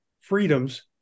freedoms